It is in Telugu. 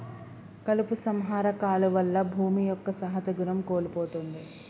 కలుపు సంహార కాలువల్ల భూమి యొక్క సహజ గుణం కోల్పోతుంది